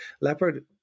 leopard